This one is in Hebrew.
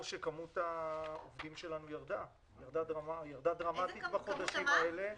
שמספר העובדים שלנו ירד דרמטית בחודשים האלה,